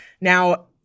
Now